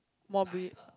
morbid